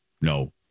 No